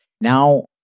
Now